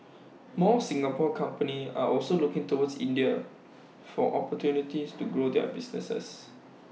more Singapore companies are also looking towards India for opportunities to grow their businesses